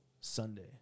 Sunday